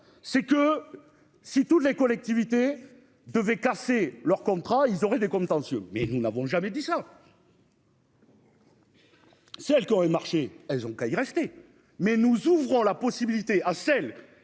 c'est que si toutes les collectivités devaient casser leur contrat ils auraient des contentieux mais nous n'avons jamais dit ça. C'est elle qui aurait marché, elles ont qu'à y rester mais nous ouvrons la possibilité à celles